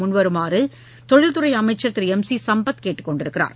முன்வருமாறு தொழில்துறை அமைச்சர் திரு எம் சி சம்பத் கேட்டுக்கொண்டுள்ளார்